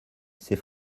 c’est